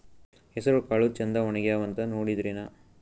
ಹೆಸರಕಾಳು ಛಂದ ಒಣಗ್ಯಾವಂತ ನೋಡಿದ್ರೆನ?